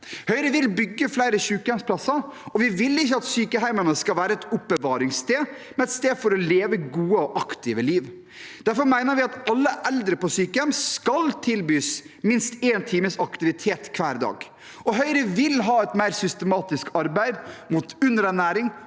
Høyre vil bygge flere sykehjemsplasser og vil ikke at sykehjemmene skal være et oppbevaringssted, men et sted for å leve et godt og aktivt liv. Derfor mener vi at alle eldre på sykehjem skal tilbys minst én times aktivitet hver dag. Høyre vil også ha et mer systematisk arbeid mot underernæring,